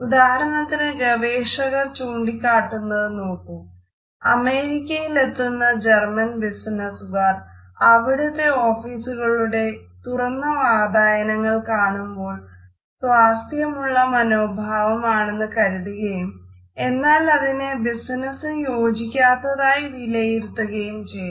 ഉദാഹരണത്തിന് ഗവേഷകർ ചൂണ്ടിക്കാട്ടുന്നതു നോക്കൂ അമേരിക്കയിലെത്തുന്ന ജർമ്മൻ ബിസിനസ്സുകാർ അവിടുത്തെ ഓഫീസുകളുടെ തുറന്ന വാതായനങ്ങൾ കാണുമ്പോൾ സ്വാസ്ഥ്യമുള്ള മനോഭാവമാണെന്ന് കരുതുകയും എന്നാലതിനെ ബിസിനസ്സിന് യോജിക്കാത്തതായി വിലയിരുത്തുകയും ചെയ്യുന്നു